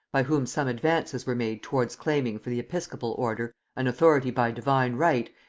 by whom some advances were made towards claiming for the episcopal order an authority by divine right,